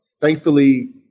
Thankfully